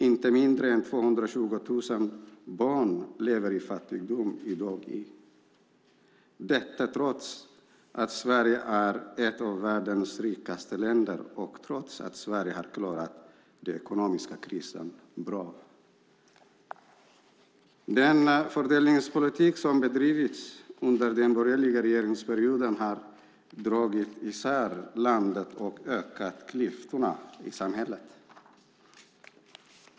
Inte mindre än 220 000 barn lever i fattigdom i dag - detta trots att Sverige är ett av värdens rikaste länder och trots att Sverige har klarat den ekonomiska krisen bra. Den fördelningspolitik som har bedrivits under den borgerliga regeringsperioden har dragit isär landet och ökat klyftorna i samhället.